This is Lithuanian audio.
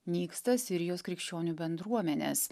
nyksta sirijos krikščionių bendruomenės